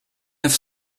neuf